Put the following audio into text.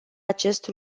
acest